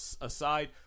aside